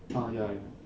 ah ya ya